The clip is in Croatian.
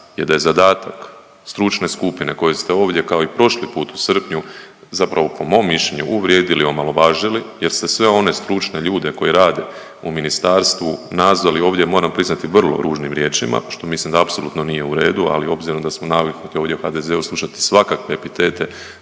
je da je zadatak stručne skupine koju ste ovdje kao i prošli put u srpnju zapravo po mom mišljenju uvrijedili i omalovažili jer ste sve one stručne ljude koji rade u ministarstvu nazvali ovdje moram priznati vrlo ružnim riječima što mislim da apsolutno nije u redu, ali obzirom da smo naviknuti ovdje o HDZ-u slušati svakakve epitete